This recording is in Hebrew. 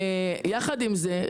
יחד עם זה,